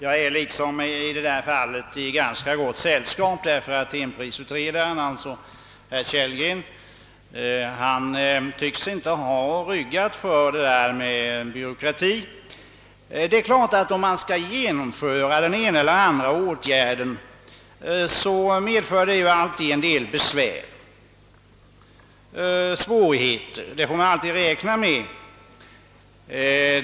Jag är alltså på denna punkt i ganska gott sällskap; riksprisutredaren, herr Kellgren, tycks inte ha ryggat för byråkrati i detta sammanhang. Det är klart att om man skall genomföra den ena eller andra åtgärden medför det alltid en del besvär. Sådana svårigheter får man alltid räkna med.